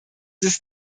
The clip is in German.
ist